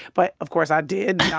but of course i did.